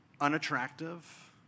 unattractive